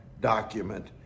document